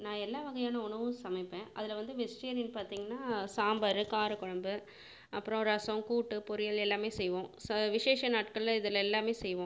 நான் எல்லா வகையான உணவும் சமைப்பேன் அதில் வந்து வெஜிடேரியன் பார்த்தீங்கனா சாம்பார் காரக்குழம்பு அப்புறம் ரசம் கூட்டு பொரியல் எல்லாமே செய்வோம் ச விசேஷ நாட்களில் இதில் எல்லாமே செய்வோம்